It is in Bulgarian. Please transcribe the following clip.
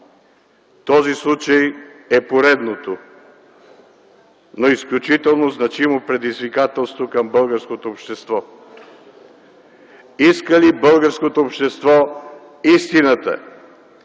Този случай е поредното, но изключително значимо предизвикателство към българското общество. Иска ли българското общество истината?